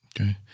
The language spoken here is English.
Okay